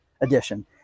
edition